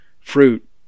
fruit